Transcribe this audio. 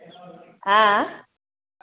आँय